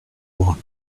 one